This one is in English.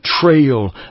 trail